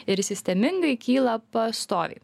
ir sistemingai kyla pastoviai